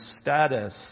status